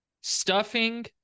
stuffing